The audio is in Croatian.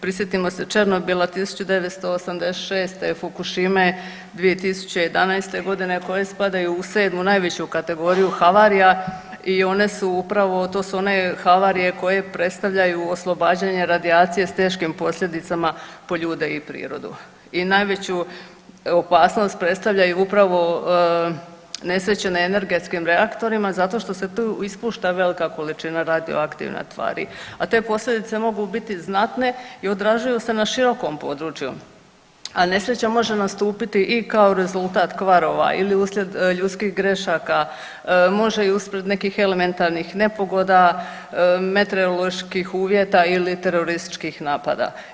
Prisjetimo se Černobila 1986., Fukushime 2011. godine koje spadaju u sedmu najveću kategoriju havarija i one su upravo, to su one havarije koje predstavljaju oslobađanje radijacije s teškim posljedicama po ljude i prirodu. i najveću opasnost predstavljaju upravo nesreće na energetskim reaktorima zato što se tu ispušta velika količina radioaktivnih tvari, a te posljedice mogu biti znatne i odražavaju se na širokom području, a nesreća može nastupiti i kao rezultat kvarova ili uslijed ljudskih grešaka, može i uslijed nekih elementarnih nepogoda, meteoroloških uvjeta ili terorističkih napada.